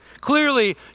Clearly